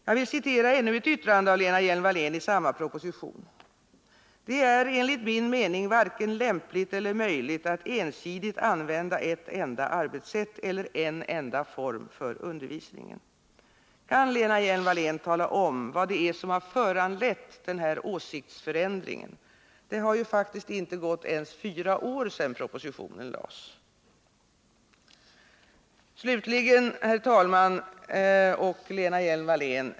Jag vill citera ännu ett yttrande av Lena Hjelm-Wallén i samma proposition: ”Det är enligt min mening varken lämpligt eller möjligt att ensidigt använda ett enda arbetssätt eller en enda form för undervisningen.” Kan Lena Hjelm-Wallén tala om vad det är som har föranlett den här åsiktsförändringen? Det har faktiskt inte ens gått fyra år sedan propositionen lades fram. Herr talman!